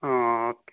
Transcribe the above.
ꯑꯣ